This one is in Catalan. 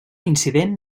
incident